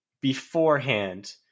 beforehand